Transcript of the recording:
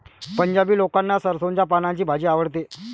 पंजाबी लोकांना सरसोंच्या पानांची भाजी आवडते